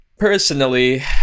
Personally